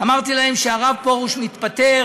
שהרב פרוש מתפטר